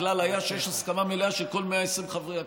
הכלל היה שיש הסכמה מלאה של כל 120 חברי הכנסת.